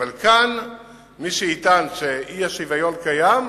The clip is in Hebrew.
אבל כאן מי שיטען שהאי-שוויון קיים,